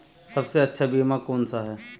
सबसे अच्छा बीमा कौनसा है?